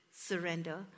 surrender